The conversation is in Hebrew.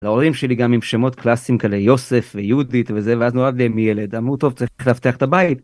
להורים שלי גם עם שמות קלאסיים כאלה יוסף ויהודית וזה, ואז נולד להם ילד, אמרו טוב, צריך לפתח את הבית.